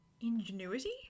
ingenuity